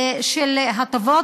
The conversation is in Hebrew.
של הטבות.